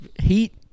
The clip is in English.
Heat